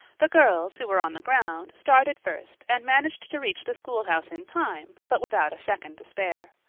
the girls who were on the ground, started first and managed to reach the schoolhouse in time but without a second to spare.